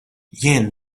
jien